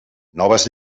noves